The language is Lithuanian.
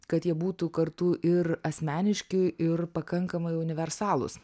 kad jie būtų kartu ir asmeniški ir pakankamai universalūs